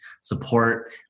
support